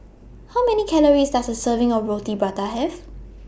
How Many Calories Does A Serving of Roti Prata Have